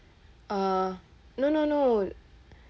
uh no no no